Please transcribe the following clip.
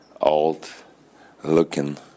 old-looking